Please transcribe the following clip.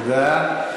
תודה.